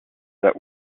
that